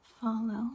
Follow